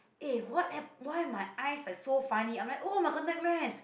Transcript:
eh what hap~ why my eyes like so funny I'm like oh my contact lens